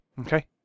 okay